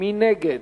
מי נגד?